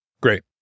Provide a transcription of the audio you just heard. Great